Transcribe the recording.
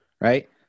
right